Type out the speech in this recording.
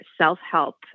self-help